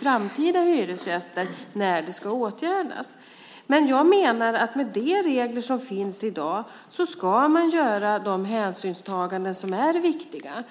framtida hyresgäster väldigt mycket när den ska åtgärdas. Med de regler som finns i dag menar jag att man ska göra de hänsynstaganden som är viktiga.